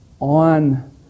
on